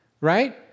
right